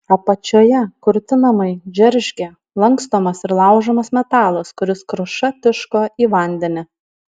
apačioje kurtinamai džeržgė lankstomas ir laužomas metalas kuris kruša tiško į vandenį